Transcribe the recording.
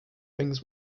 wings